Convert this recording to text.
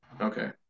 okay